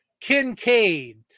Kincaid